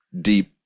deep